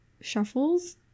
shuffles